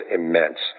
immense